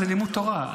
התנ"ך זה לימוד תורה.